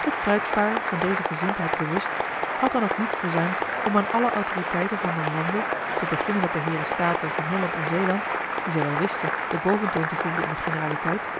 het bruidspaar van deze gezindheid bewust had dan ook niet verzuimd om aan alle autoriteiten van den lande te beginnen met de heeren staten van holland en zeeland die zij wel wisten den boventoon te voeren in de generaliteit